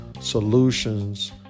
solutions